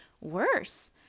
worse